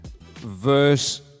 verse